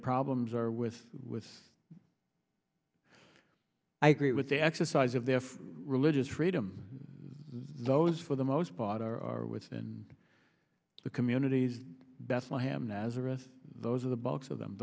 problems or with with i agree with the exercise of their religious freedom those for the most part are within the communities bethlehem nazareth those are the box of them